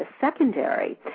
secondary